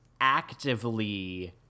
actively